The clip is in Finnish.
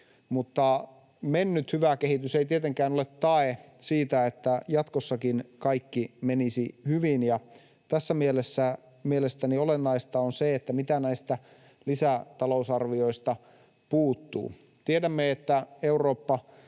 Mennyt hyvä kehitys ei tietenkään ole tae siitä, että jatkossakin kaikki menisi hyvin. Tässä mielessä mielestäni olennaista on se, mitä näistä lisätalousarviosta puuttuu. Tiedämme, että Eurooppa